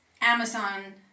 Amazon